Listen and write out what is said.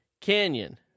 canyon